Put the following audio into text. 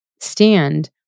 stand